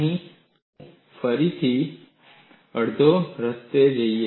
અહીં ફરીથી હું અડધા રસ્તે જઈશ